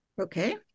Okay